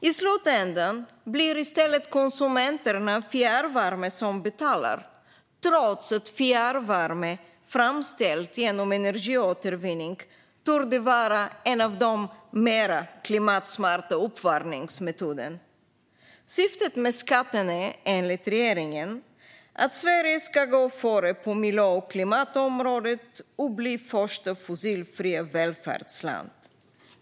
I slutänden blir det i stället konsumenterna av fjärrvärme som betalar, trots att fjärrvärme framställd genom energiåtervinning torde vara en av de mer klimatsmarta uppvärmningsmetoderna. Syftet med skatten är enligt regeringen att Sverige ska gå före på miljö och klimatområdet och bli det första fossilfria välfärdslandet.